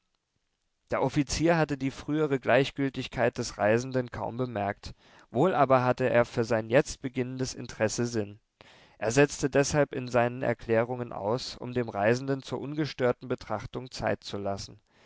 der offizier hatte die frühere gleichgültigkeit des reisenden kaum bemerkt wohl aber hatte er für sein jetzt beginnendes interesse sinn er setzte deshalb in seinen erklärungen aus um dem reisenden zur ungestörten betrachtung zeit zu lassen